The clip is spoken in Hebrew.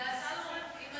וזה אסור.